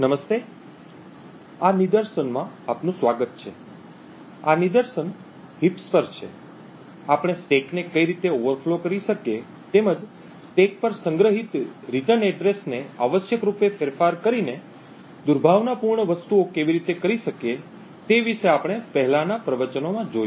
નમસ્તે આ નિદર્શનમાં આપનું સ્વાગત છે આ નિદર્શન હીપ્સ પર છે આપણે સ્ટેક ને કઈ રીતે ઓવરફ્લો કરી શકીએ તેમજ સ્ટેક પર સંગ્રહિત રીટર્ન એડ્રેસને આવશ્યક રૂપે ફેરફાર કરીને દુર્ભાવનાપૂર્ણ વસ્તુઓ કેવી રીતે કરી શકીએ તે વિશે આપણે પહેલાનાં પ્રવચનોમાં જોયું